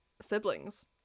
siblings